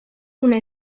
una